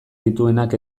dituenak